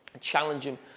challenging